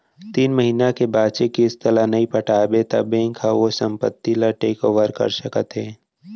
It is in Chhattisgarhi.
तीन महिना के बांचे किस्त ल नइ पटाबे त बेंक ह ओ संपत्ति ल टेक ओवर कर सकत हे